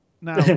Now